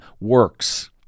works